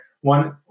one